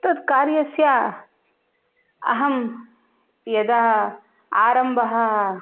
तत् कार्यस्य अहं यदा आरम्भः